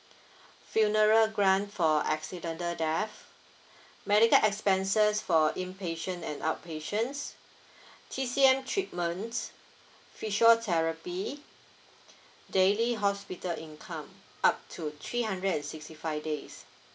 funeral grant for accidental death medical expenses for inpatient and outpatients T_C_M treatment physiotherapy daily hospital income up to three hundred and sixty five days